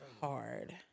hard